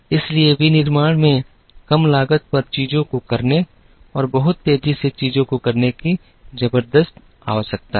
इसलिए विनिर्माण में कम लागत पर चीजों को करने और बहुत तेजी से चीजों को करने की जबरदस्त आवश्यकता है